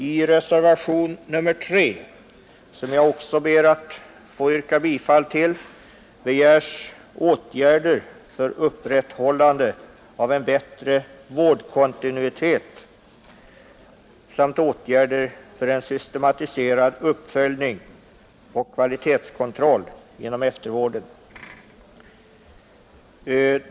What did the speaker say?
I reservationen 3, som jag också ber att få yrka bifall till, begärs åtgärder för upprätthållande av en bättre vårdkontinuitet samt åtgärder för en systematiserad uppföljning av kvalitetskontroll inom eftervården.